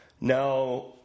Now